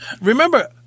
remember